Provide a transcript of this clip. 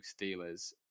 Steelers